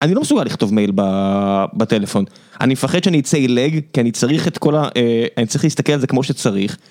אני לא מסוגל לכתוב מייל ב... בטלפון. אני מפחד שאני אצא עילג, כי אני צריך את כל ה... אני צריך להסתכל על זה כמו שצריך.